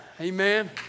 Amen